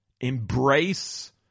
Embrace